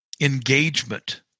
engagement